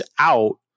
out